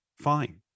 fine